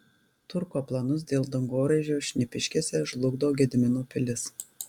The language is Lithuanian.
turko planus dėl dangoraižio šnipiškėse žlugdo gedimino pilis